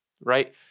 right